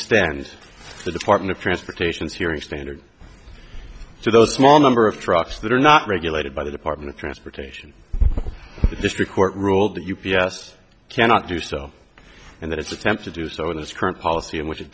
extend the department of transportation's hearing standard to those small number of trucks that are not regulated by the department of transportation the district court ruled that u p s cannot do so and that its attempt to do so in its current policy in which it